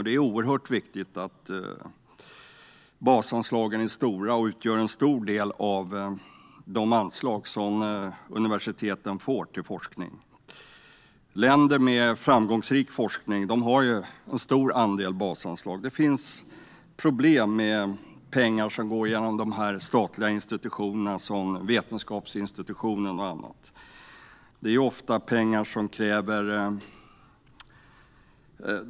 Det är oerhört viktigt att basanslagen är stora och utgör en stor del av de anslag till forskning som universiteten får. Länder med framgångsrik forskning har en stor andel basanslag. Det finns problem med pengar som går genom de statliga institutionerna, som Vetenskapsrådet och andra.